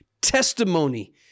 testimony